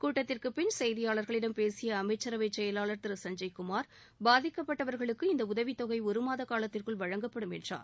கூட்டத்திற்கு பின் செய்தியாளர்களிடம் பேசிய அமைச்சரவை செயலாளர் திரு சஞ்சய்குமார் பாதிக்கப்பட்டவர்களுக்கு இந்த உதவித்தொகை ஒருமாத காலத்திற்குள் வழங்கப்படும் என்றார்